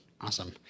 Awesome